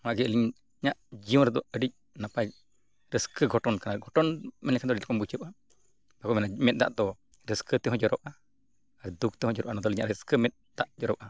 ᱱᱚᱣᱟᱜᱮ ᱟᱹᱞᱤᱧ ᱤᱧᱟᱹᱜ ᱡᱤᱵᱚᱱ ᱨᱮᱫᱚ ᱟᱹᱰᱤ ᱱᱟᱯᱟᱭ ᱨᱟᱹᱥᱠᱟᱹ ᱜᱷᱚᱴᱚᱱ ᱠᱟᱱᱟ ᱜᱷᱚᱴᱚᱱ ᱢᱮᱱ ᱞᱮᱠᱷᱟᱱ ᱫᱚ ᱟᱹᱰᱤ ᱨᱚᱠᱚᱢ ᱵᱩᱡᱷᱟᱹᱜᱼᱟ ᱟᱵᱚ ᱚᱱᱟ ᱢᱮᱫ ᱫᱟᱜ ᱫᱚ ᱨᱟᱹᱥᱠᱟᱹ ᱛᱮᱦᱚᱸ ᱡᱚᱜᱚᱨᱼᱟ ᱟᱨ ᱫᱩᱠ ᱛᱮᱦᱚᱸ ᱡᱚᱨᱚᱜᱼᱟ ᱚᱱᱟᱫᱚ ᱟᱹᱞᱤᱧᱟᱜ ᱨᱟᱹᱥᱠᱟᱹ ᱢᱮᱫ ᱫᱟᱜ ᱡᱚᱨᱚᱜᱼᱟ